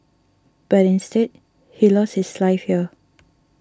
but instead he lost his life here